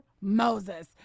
Moses